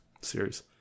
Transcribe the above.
series